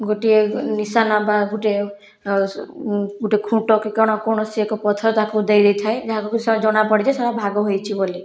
ଗୋଟିଏ ନିଶାନା ବା ଗୋଟିଏ ଗୋଟେ ଖୁଣ୍ଟ କି କ'ଣ କୌଣସି ଏକ ପଥର ତାକୁ ଦେଇ ଦେଇଥାଏ ଯାହାକୁ କି ସେ ଜଣାପଡ଼ିଯାଏ ସେଟା ଭାଗ ହୋଇଛି ବୋଲି